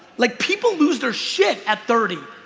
like, people lose their shit at thirty.